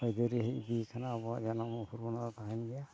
ᱟᱹᱭᱫᱷᱟᱹᱨᱤ ᱦᱮᱡ ᱤᱫᱤᱭ ᱠᱟᱱᱟ ᱟᱵᱚᱣᱟ ᱡᱟᱱᱟᱢᱚᱜ ᱵᱷᱳᱨ ᱚᱱᱟ ᱫᱚ ᱛᱟᱦᱮᱱ ᱜᱮᱭᱟ